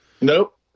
Nope